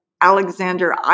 Alexander